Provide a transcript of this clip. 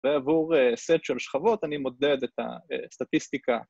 ועבור סט של שכבות אני מודד את הסטטיסטיקה.